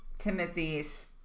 Timothy's